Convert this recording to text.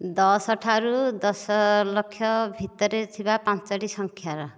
ଦଶ ଠାରୁ ଦଶ ଲକ୍ଷ ଭିତରେ ଥିବା ପାଞ୍ଚୋଟି ସଂଖ୍ୟା